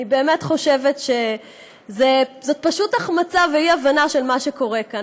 אני באמת חושבת שזאת פשוט החמצה ואי-הבנה של מה שקורה כאן.